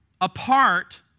apart